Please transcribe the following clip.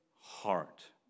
heart